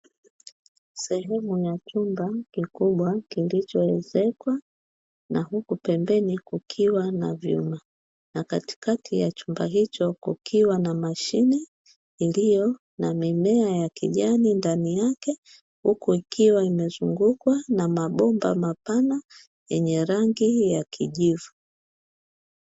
Sehemu ya chumba kikubwa kilichoezekwa na huku pembeni kukiwa na vyuma, na katikati ya chumba hicho kukiwa na mashine iliyo na mimea ya kijani ndani yake, huku ikiwa imezungukwa na mabomba mapana yenye rangi ya kijivu.